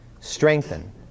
strengthen